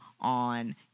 on